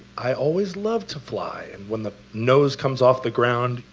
i always loved to fly, and when the nose comes off the ground,